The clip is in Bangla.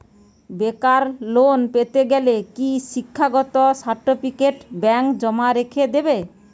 বেকার লোন পেতে গেলে কি শিক্ষাগত সার্টিফিকেট ব্যাঙ্ক জমা রেখে দেবে?